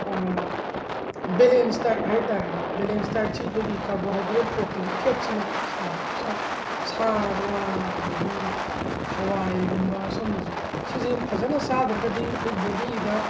balance diet ꯍꯥꯏ ꯇꯥꯔꯦꯅꯦ balance ꯗꯥꯏꯠꯁꯤ ꯑꯩꯈꯣꯏ ꯀꯥꯔꯕꯣꯍꯥꯏꯗ꯭ꯔꯦꯠ ꯄ꯭ꯔꯣꯇꯤꯟ ꯐꯦꯠꯁꯤꯅ ꯁꯥꯏ ꯁꯥ ꯉꯥ ꯑꯗꯒꯤ ꯍꯋꯥꯏꯒꯨꯝꯕ ꯁꯨꯝꯕꯁꯤ ꯁꯤꯁꯤ ꯐꯖꯅ ꯆꯥꯗ꯭ꯔꯒꯗꯤ ꯑꯩꯈꯣꯏ ꯕꯣꯗꯤꯗ